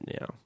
now